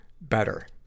Better